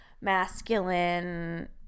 masculine